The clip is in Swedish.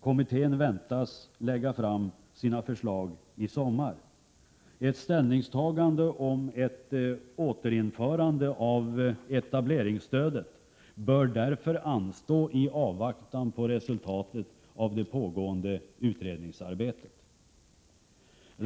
Kommittén väntas lägga fram sina förslag i sommar. Ett ställningstagande beträffande ett återinförande av etableringsstödet bör därför anstå i avvaktan på resultatet av pågående utredningsarbete.